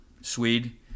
Swede